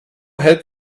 help